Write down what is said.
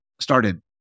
started